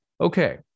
Okay